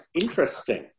Interesting